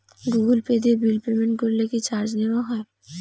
Google Pay দিয়ে bill payment করলে কি চার্জ নেওয়া হয়?